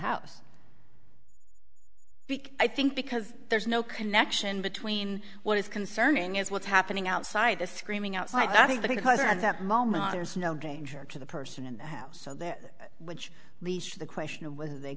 house i think because there's no connection between what is concerning is what's happening outside the screaming outside i think because at that moment there is no danger to the person in the house so that which leads to the question of whether they